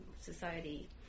Society